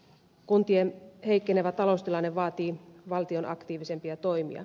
kuntien heikkenevä taloustilanne vaatii valtion aktiivisempia toimia